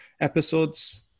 episodes